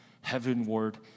heavenward